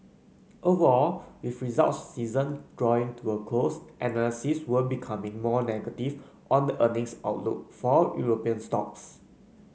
overall with results season drawing to a close analysts were becoming more negative on the earnings outlook for European stocks